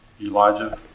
Elijah